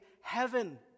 heaven